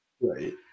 right